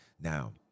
now